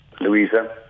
Louisa